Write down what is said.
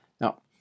Now